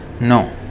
No